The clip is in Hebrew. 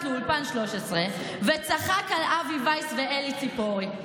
לאולפן 13 וצחק על אבי וייס ואלי ציפורי.